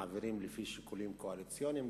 ומעבירים לפי שיקולים קואליציוניים.